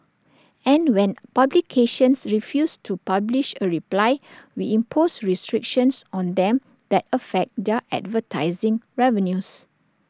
and when publications refuse to publish A reply we impose restrictions on them that affect their advertising revenues